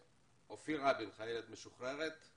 א"ר- -- חיילת משוחררת.